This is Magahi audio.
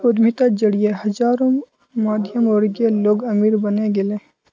उद्यमिता जरिए हजारों मध्यमवर्गीय लोग अमीर बने गेले